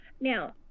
Now